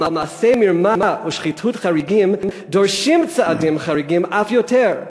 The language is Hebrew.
אבל מעשי מרמה ושחיתות חריגים דורשים צעדים חריגים אף יותר.